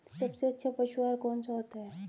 सबसे अच्छा पशु आहार कौन सा होता है?